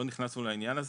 לא נכנסנו לעניין הזה.